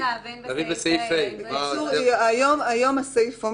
הדיון שלנו